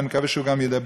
אני מקווה שהוא גם ידבר,